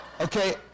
Okay